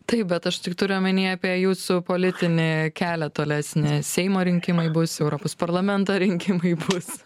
taip bet aš tik turiu omenyje apie jūsų politinį kelią tolesnį seimo rinkimai bus europos parlamento rinkimai bus